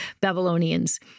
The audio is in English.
Babylonians